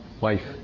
Wife